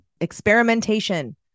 experimentation